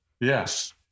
Yes